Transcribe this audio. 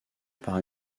par